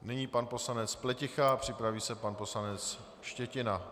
Nyní pan poslanec Pleticha, připraví se pan poslanec Štětina.